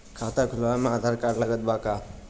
खाता खुलावे म आधार कार्ड लागत बा का?